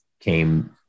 came